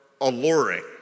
alluring